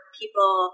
people